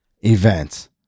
events